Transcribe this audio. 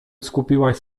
skupiłaś